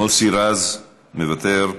מוסי רז, מוותר.